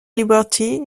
liberty